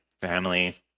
family